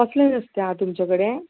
कसलें नुस्तें तुमचे कडेन